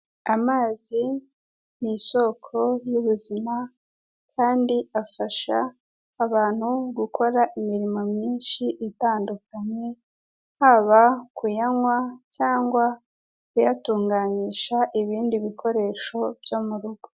Amazi ni isoko y'ubuzima kandi afasha abantu gukora imirimo myinshi itandukanye, haba kuyanywa cyangwa kuyatunganyisha ibindi bikoresho byo mu rugo.